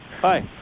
Hi